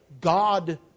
God